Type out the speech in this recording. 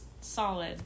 solid